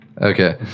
Okay